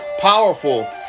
powerful